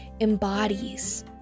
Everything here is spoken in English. embodies